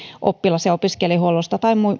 oppilas ja opiskelijahuollosta tai